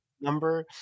number